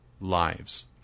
lives